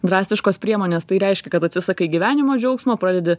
drastiškos priemonės tai reiškia kad atsisakai gyvenimo džiaugsmo pradedi